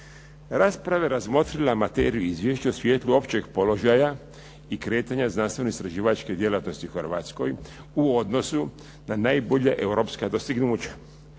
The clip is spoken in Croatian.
Rasprava je razmotrila materiju izvješća u svjetlu općeg položaja i kretanja znanstveno istraživačke djelatnosti u Hrvatskoj u odnosu na najbolja europska dostignuća.